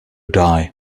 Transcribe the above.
die